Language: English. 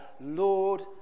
Lord